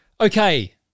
Okay